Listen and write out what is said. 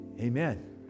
Amen